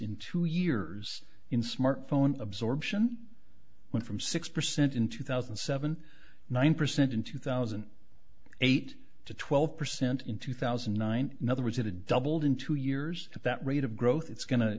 in two years in smartphone absorbtion went from six percent in two thousand and seven nine percent in two thousand and eight to twelve percent in two thousand and nine in other words it had doubled in two years at that rate of growth it's go